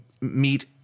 meet